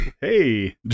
Hey